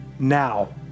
now